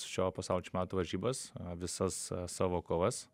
šio pasaulio čempionato varžybas visas savo kovas